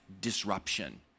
disruption